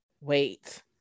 wait